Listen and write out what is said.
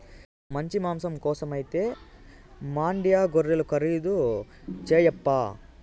మంచి మాంసం కోసమైతే మాండ్యా గొర్రెలు ఖరీదు చేయప్పా